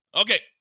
Okay